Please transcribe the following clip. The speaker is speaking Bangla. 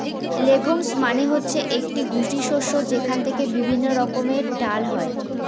লেগুমস মানে হচ্ছে গুটি শস্য যেখান থেকে বিভিন্ন রকমের ডাল হয়